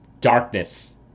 darkness